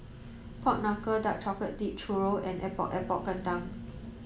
pork knuckle dark chocolate dipped churro and Epok Epok Kentang